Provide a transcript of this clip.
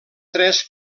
tres